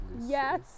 Yes